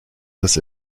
dass